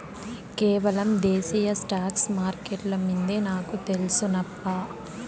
కేవలం దేశీయ స్టాక్స్ మార్కెట్లు మిందే నాకు తెల్సు నప్పా